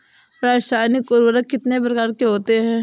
रासायनिक उर्वरक कितने प्रकार के होते हैं?